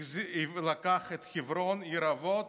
לקח את חברון עיר האבות